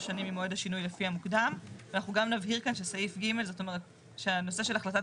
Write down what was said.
שנים ממועד השינוי לפי המוקדם"; אנחנו נבהיר כאן שהנושא של החלטת